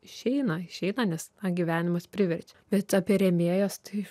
išeina išeina nes gyvenimas priverčia bet apie rėmėjas tai